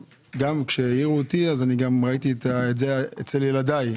כשהעירו אותי ראיתי את זה גם אצל ילדיי,